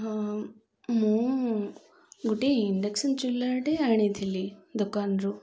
ହଁ ମୁଁ ଗୋଟେ ଇଣ୍ଡକ୍ସନ୍ ଚୁଲାଟେ ଆଣିଥିଲି ଦୋକାନରୁ